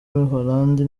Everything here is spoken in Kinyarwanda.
w’umuholandi